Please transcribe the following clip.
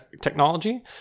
technology